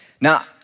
Now